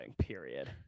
period